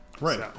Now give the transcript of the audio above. Right